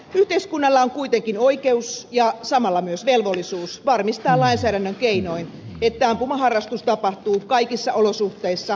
yhteiskunnalla on kuitenkin oikeus ja samalla myös velvollisuus varmistaa lainsäädännön keinoin että ampumaharrastus tapahtuu kaikissa olosuhteissa mahdollisimman turvallisesti